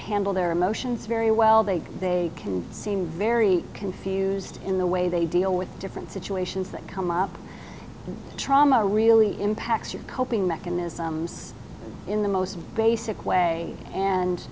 handle their emotions very well they they can seem very confused in the way they deal with different situations that come up trauma really impacts your coping mechanisms in the most basic way and